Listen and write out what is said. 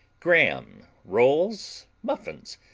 graham, rolls, muffins,